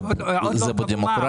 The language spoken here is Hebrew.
זה בדמוקרטיה.